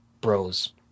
Bros